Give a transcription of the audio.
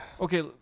Okay